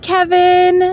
Kevin